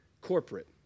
corporate